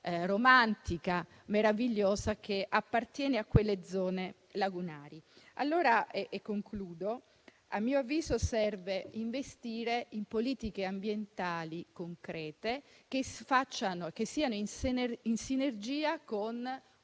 romantica e meravigliosa che appartiene a quelle zone lagunari. In conclusione, a mio avviso occorre investire in politiche ambientali concrete, che siano in sinergia con